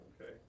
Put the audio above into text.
Okay